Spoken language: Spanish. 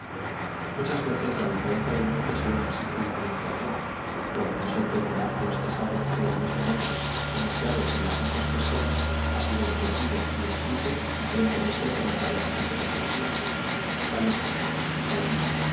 muchas veces la diferencia del nombre sólo consiste en la pronunciación lo que no sorprenderá a los que saben que el mismo nombre pronunciado por las mismas personas ha sido entendido y escrito diferentemente por los navegantes de nuestros días tales como